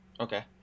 Okay